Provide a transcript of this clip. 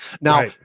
Now